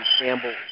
Campbell